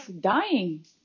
dying